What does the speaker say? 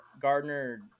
Gardner